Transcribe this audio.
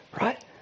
Right